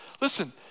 listen